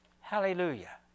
Hallelujah